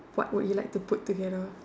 what would you like to put together